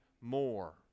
more